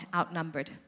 outnumbered